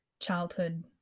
childhood